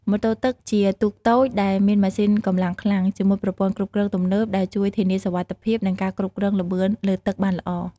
ម៉ូតូទឹកជាទូកតូចដែលមានម៉ាស៊ីនកម្លាំងខ្លាំង ជាមួយប្រព័ន្ធគ្រប់គ្រងទំនើបដែលជួយធានាសុវត្ថិភាព និងការគ្រប់គ្រងល្បឿនលើទឹកបានល្អ។